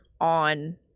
on